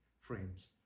frames